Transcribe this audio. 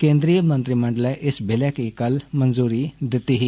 केन्द्री मंत्रीमंडलै इस बिलै गी कल मंजूरी दिती ही